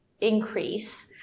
increase